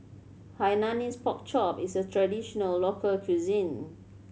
Hainanese Pork Chop is a traditional local cuisine